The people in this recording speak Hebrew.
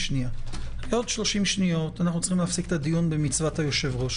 בעוד 30 שנות עלינו להפסיק את הדיון במצוות היושב-ראש.